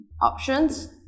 options